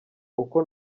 uko